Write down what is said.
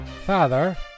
Father